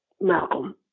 Malcolm